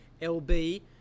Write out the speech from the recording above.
LB